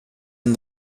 and